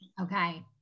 Okay